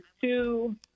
two